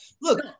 Look